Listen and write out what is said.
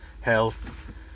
health